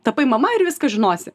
tapai mama ir viską žinosi